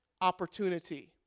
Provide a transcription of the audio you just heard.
opportunity